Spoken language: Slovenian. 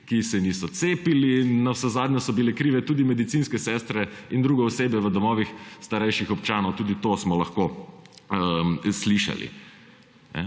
ki se niso cepili, in navsezadnje so bile krive tudi medicinske sestre in drugo osebje v domovih starejših občanov, tudi to smo lahko slišali.